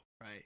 right